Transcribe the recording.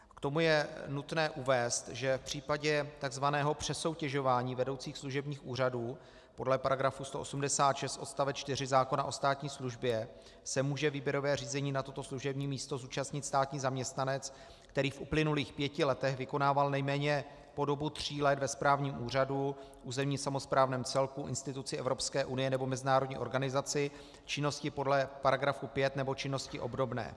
K tomu je nutné uvést, že v případě takzvaného přesoutěžování vedoucích služebních úřadů podle § 186 odst. 4 zákona o státní službě se může výběrového řízení na toto služební místo zúčastnit státní zaměstnanec, který v uplynulých pěti letech vykonával nejméně po dobu tří let ve správním úřadu, územně samosprávném celku, instituci Evropské unie nebo mezinárodní organizaci činnosti podle § 5 nebo činnosti obdobné.